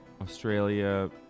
Australia